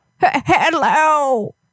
Hello